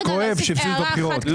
זה כואב שהפסידו בבחירות.